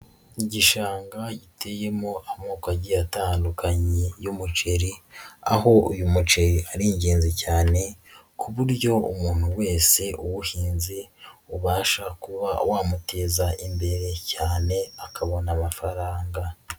Igishanga giteyemo amoko agiye atandukanye y'umuceri, aho uyu muceri ari ingenzi cyane ku buryo umuntu wese uwuhinze ubasha kuba wamuteza imbere cyane akabona amafaranga.